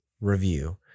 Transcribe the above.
review